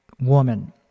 woman